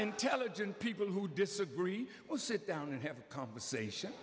intelligent people who disagree will sit down and have a conversation